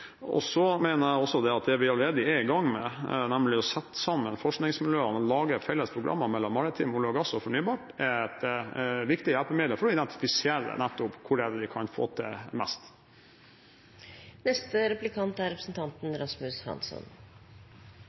Jeg mener at det vi allerede er i gang med, nemlig å sette sammen forskningsmiljøer og lage felles programmer mellom maritim, olje og gass og fornybar, er et viktig hjelpemiddel for nettopp å kunne identifisere hvor vi kan få til mest.